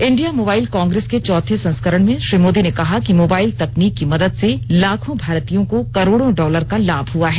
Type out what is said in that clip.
India mobile congress के चौथे संस्करण में श्री मोदी ने कहा कि मोबाइल तकनीक की मदद से लाखों भारतीयों को करोड़ों डॉलर का लाभ हुआ है